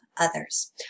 others